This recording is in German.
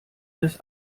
des